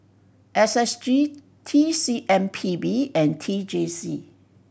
S S G T C M P B and T J C